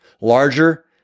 larger